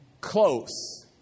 close